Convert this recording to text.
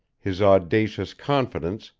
his audacious confidence,